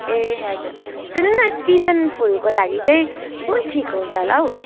ए हजुर सुन्नु न सिजन फुलको लागि चाहिँ कुन ठिक हुन्छ होला हो